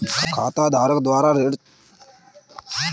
खाताधारक द्वारा जो भी ऋण चुकाया जाता है उसका विवरण खाते में दिखता है